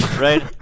Right